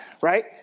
Right